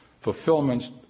fulfillments